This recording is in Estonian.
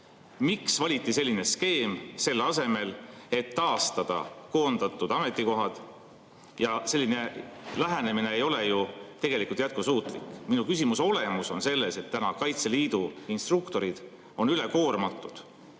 Miks valiti selline skeem, selle asemel, et taastada koondatud ametikohad? Selline lähenemine ei ole ju jätkusuutlik. Minu küsimuse olemus on selles, et Kaitseliidu instruktorid on ülekoormatud